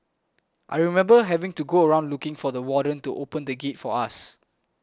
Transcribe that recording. I remember having to go around looking for the warden to open the gate for us